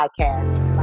podcast